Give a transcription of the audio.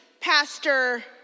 pastor